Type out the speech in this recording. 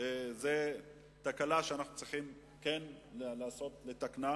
וזאת תקלה שאנחנו צריכים לנסות לתקנה.